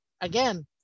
again